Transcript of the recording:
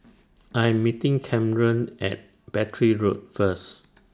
I'm meeting Camren At Battery Road First